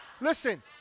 Listen